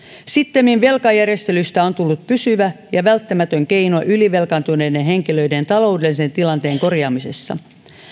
sittemmin velkajärjestelystä on tullut pysyvä ja välttämätön keino ylivelkaantuneiden henkilöiden taloudellisen tilanteen korjaamisessa